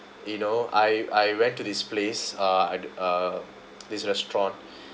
you know I I went to this place uh uh this restaurant